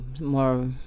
more